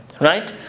Right